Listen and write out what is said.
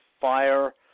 fire